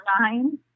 nine